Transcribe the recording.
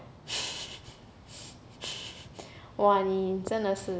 !wah! 你真的是